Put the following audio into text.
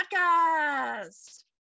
podcast